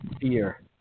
fear